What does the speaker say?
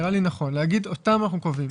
נראה לי נכון להגיד: אותם אנחנו קובעים.